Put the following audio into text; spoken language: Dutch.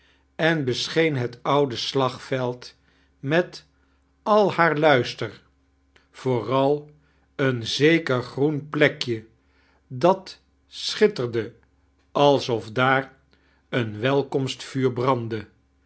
en bescheen het oude slagveld met al haar luister vooral een zekieir grben plekje dat schitterde alsof daar eien welkomstvuur brandde